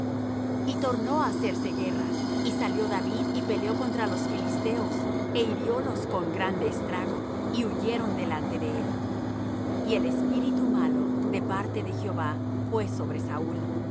y tornó á hacerse guerra y salió david y peleó contra los filisteos é hiriólos con grande estrago y huyeron delante de él y el espíritu malo de parte de jehová fué sobre saúl